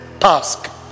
Task